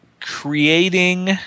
creating